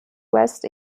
west